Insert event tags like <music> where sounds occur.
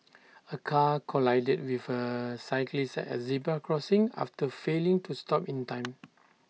<noise> A car collided with A cyclist at zebra crossing after failing to stop in time